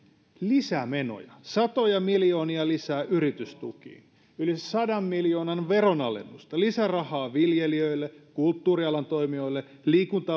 lisämenoja satoja miljoonia lisää yritystukiin yli sadan miljoonan veronalennusta lisärahaa viljelijöille kulttuurialan toimijoille liikunta